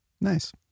Nice